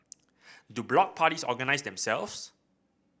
do block parties organise themselves